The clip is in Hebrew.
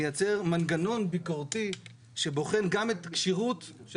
מייצר מנגנון ביקורתי שבוחן גם את הכשירות של